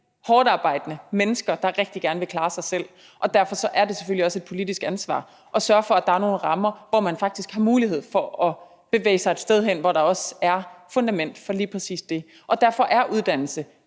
hårdtarbejdende mennesker, der rigtig gerne vil klare sig selv, og derfor er det selvfølgelig også et politisk ansvar at sørge for, at der er nogle rammer, hvor man faktisk har mulighed for at bevæge sig et sted hen, hvor der også er et fundament for lige præcis det, og derfor er uddannelse